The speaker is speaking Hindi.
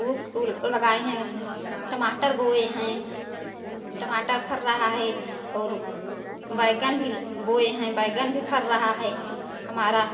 उख उ ल लगाए हैं टमाटर बोये हैं टमाटर फर रहा है और बैंगन भी बोये हैं बैंगन भी फर रहा है हमारा